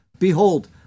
Behold